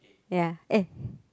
ya eh